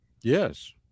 Yes